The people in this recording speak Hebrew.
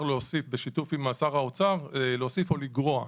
להוסיף בשיתוף עם שר האוצר או לגרוע.